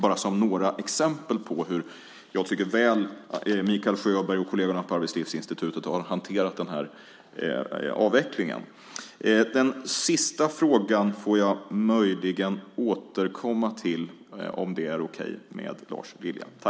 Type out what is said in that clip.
Det här var några exempel på hur väl jag tycker att Mikael Sjöberg och kollegerna på Arbetslivsinstitutet har hanterat den här avvecklingen. Den sista frågan får jag möjligen återkomma till, om det är okej med Lars Lilja.